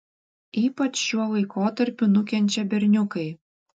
ypač šiuo laikotarpiu nukenčia berniukai